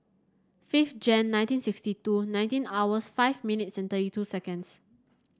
fifth Jan nineteen sixty two nineteen hours five minutes and thirty two seconds